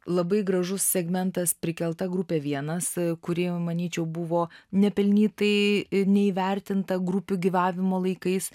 labai gražus segmentas prikelta grupė vienas kurie jau manyčiau buvo nepelnytai neįvertinta grupių gyvavimo laikais